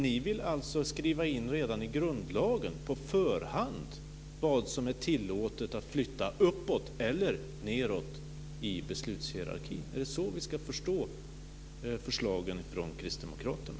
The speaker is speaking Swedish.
Ni vill redan på förhand skriva in i grundlagen vad som är tillåtet att flytta uppåt eller nedåt i beslutshierarkin. Är det så vi ska förstå förslagen från Kristdemokraterna?